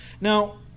Now